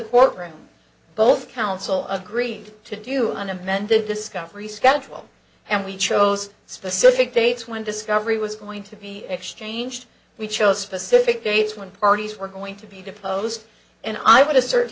courtroom both counsel of agreed to do an amended discovery schedule and we chose specific dates when discovery was going to be exchanged we chose specific dates when parties were going to be deposed and i would ass